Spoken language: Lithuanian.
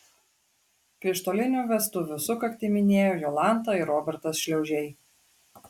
krištolinių vestuvių sukaktį minėjo jolanta ir robertas šliaužiai